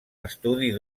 estudis